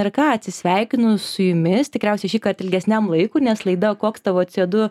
ir ką atsisveikinu su jumis tikriausiai šįkart ilgesniam laikui nes laida o koks tavo co du